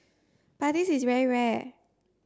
but this is very rare